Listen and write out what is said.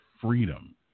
freedom